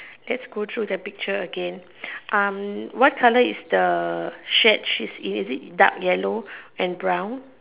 let's go through the picture again um what color is the shed she's in is it dark yellow and brown